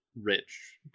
Rich